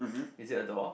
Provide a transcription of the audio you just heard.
is it a door